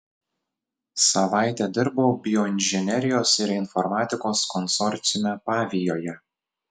savaitę dirbau bioinžinerijos ir informatikos konsorciume pavijoje